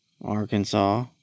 Arkansas